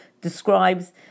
describes